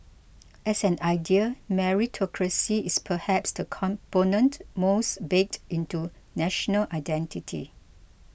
as an idea meritocracy is perhaps the component most baked into national identity